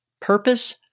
Purpose